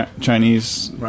Chinese